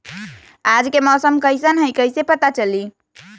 आज के मौसम कईसन हैं कईसे पता चली?